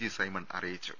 G Simon അറിയിച്ചു